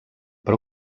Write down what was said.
però